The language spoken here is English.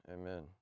amen